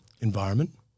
environment